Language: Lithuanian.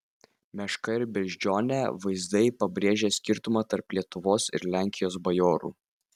meška ir beždžionė vaizdai pabrėžią skirtumą tarp lietuvos ir lenkijos bajorų